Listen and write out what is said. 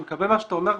אני מקבל מה שאתה אומר,